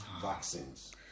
vaccines